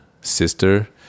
sister